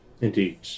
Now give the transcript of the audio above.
Indeed